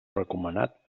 recomanat